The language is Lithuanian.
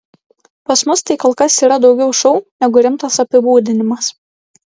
pas mus tai kol kas yra daugiau šou negu rimtas apibūdinimas